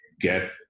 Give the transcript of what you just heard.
get